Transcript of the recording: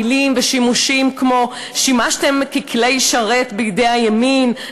או מילים ושימושים כמו: שימשתם ככלי שרת בידי הימין,